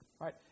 right